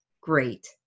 great